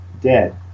dead